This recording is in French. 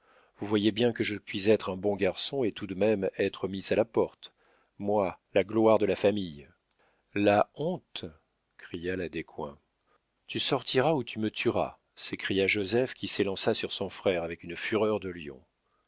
vous voyez bien que je puis être un bon garçon et tout de même être mis à la porte moi la gloire de la famille la honte cria la descoings tu sortiras ou tu me tueras s'écria joseph qui s'élança sur son frère avec une fureur de lion